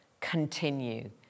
continue